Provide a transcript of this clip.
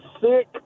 sick